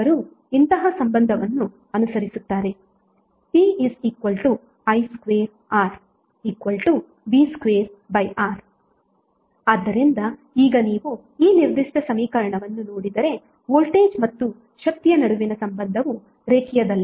ಅವರುನಂತಹ ಸಂಬಂಧವನ್ನು ಅನುಸರಿಸುತ್ತಾರೆ p i2R v2R ಆದ್ದರಿಂದ ಈಗ ನೀವು ಈ ನಿರ್ದಿಷ್ಟ ಸಮೀಕರಣವನ್ನು ನೋಡಿದರೆ ವೋಲ್ಟೇಜ್ ಮತ್ತು ಶಕ್ತಿಯ ನಡುವಿನ ಸಂಬಂಧವು ರೇಖೀಯದಲ್ಲ